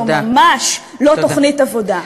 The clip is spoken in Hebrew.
זו ממש לא תוכנית עבודה.